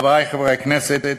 חברי חברי הכנסת,